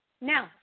now